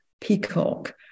peacock